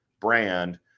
brand